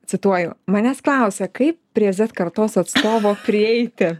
cituoju manęs klausia kaip prie z kartos atstovo prieiti